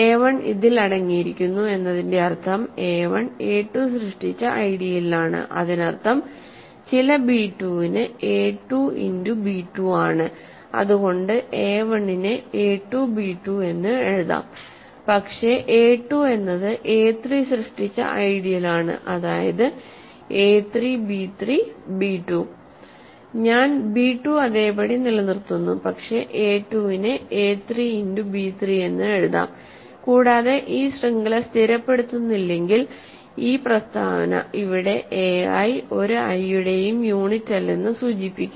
A1 ഇതിൽ അടങ്ങിയിരിക്കുന്നു എന്നതിന്റെ അർത്ഥം a1 എ 2 സൃഷ്ടിച്ച ഐഡിയലിലാണ് അതിനർത്ഥം ചില ബി 2 ന് എ 2 ഇന്റു ബി 2 ആണ് അതുകൊണ്ട് എ 1 നെ എ 2 ബി 2 എന്ന് എഴുതാം പക്ഷേ എ 2 എന്നത് എ 3 സൃഷ്ടിച്ച ഐഡിയൽ ആണ് അതായത് എ 3 ബി 3 ബി 2 ഞാൻ b 2 അതേപടി നിലനിർത്തുന്നു പക്ഷേ എ 2 നെ എ 3 ഇന്റു b 3 എന്ന് എഴുതാം കൂടാതെ ഈ ശൃംഖല സ്ഥിരപ്പെടുത്തുന്നില്ലെങ്കിൽ ഈ പ്രസ്താവന ഇവിടെ ai ഒരു ഐ യുടെയും യൂണിറ്റല്ലെന്ന് സൂചിപ്പിക്കുന്നു